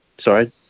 Sorry